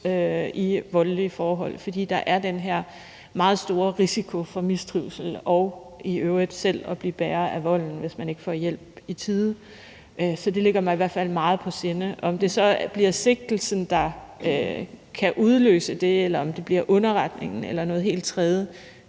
i voldelige forhold. For der er den her meget store risiko for mistrivsel og i øvrigt selv at blive bærer af volden, hvis man ikke får hjælp i tide. Det ligger mig i hvert fald meget på sinde. Uanset om det så bliver sigtelsen, der kan udløse det, eller om det bliver underretningen eller noget helt tredje,